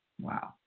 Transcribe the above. Wow